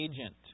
agent